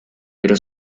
pero